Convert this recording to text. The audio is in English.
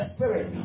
Spirit